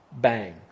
bang